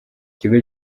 ikigo